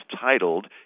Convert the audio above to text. titled